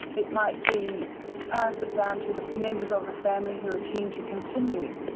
it might be pass it down to the members of the family who are keen to continue.